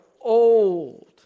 old